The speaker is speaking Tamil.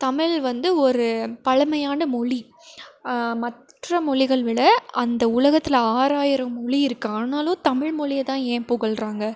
தமிழ் வந்து ஒரு பழமையான மொழி மற்ற மொழிகள் விட அந்த உலகத்தில் ஆறாயிரம் மொழி இருக்குது ஆனாலும் தமிழ் மொழியதான் ஏன் புகழ்றாங்க